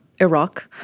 Iraq